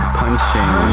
punching